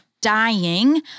dying